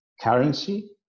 Currency